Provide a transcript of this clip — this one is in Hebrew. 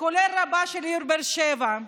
כולל רבה של העיר באר שבע,